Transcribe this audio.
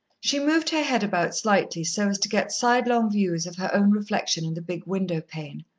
she moved her head about slightly so as to get sidelong views of her own reflection in the big window-pane.